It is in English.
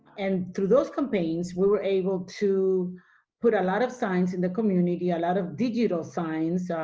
and through those campaigns, we were able to put a lot of signs in the community. a lot of digital signs,